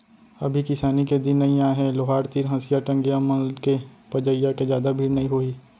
अभी किसानी के दिन नइ आय हे लोहार तीर हँसिया, टंगिया मन के पजइया के जादा भीड़ नइ होही